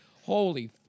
holy